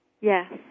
Yes